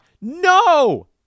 No